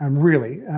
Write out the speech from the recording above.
um really,